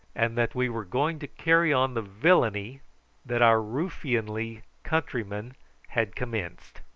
and that we were going to carry on the villainy that our ruffianly countrymen had commenced.